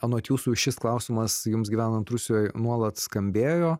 anot jūsų šis klausimas jums gyvenant rusijoj nuolat skambėjo